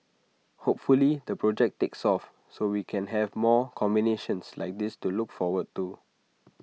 hopefully the project takes off so we can have more combinations like this to look forward to